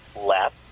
left